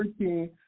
13